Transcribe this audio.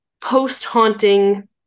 post-haunting